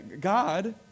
God